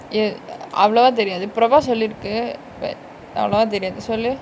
eh அவலவா தெரியாது:avalavaa theriyaathu prabaas சொல்லிருக்கு:solliruku but அவளவா தெரியாது சொல்லு:avalavaa theriyaathu sollu